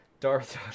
Darth